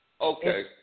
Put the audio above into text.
okay